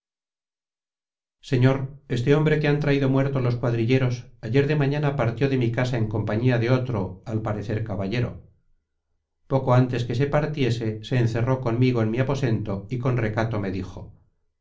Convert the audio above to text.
señor este hombre que han traido muerto los cuadrilleros ayer de mañana partió de mi casa en compañía de otro al parecer caballero poco antes que se partiese se encerró conmigo en mi aposento y con recato me dijo